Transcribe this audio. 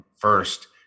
first